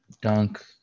dunk